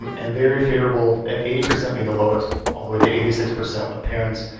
and very favorable at eighty percent being the lowest, all the way to eighty six percent with parents.